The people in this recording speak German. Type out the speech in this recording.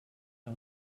der